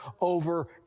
over